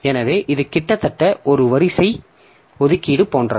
எனவே இது கிட்டத்தட்ட ஒரு வரிசை ஒதுக்கீடு போன்றது